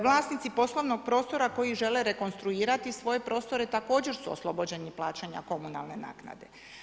Vlasnici poslovnog prostora koji žele rekonstruirati svoje prostore također su oslobođeni plaćanja komunalne naknade.